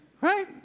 right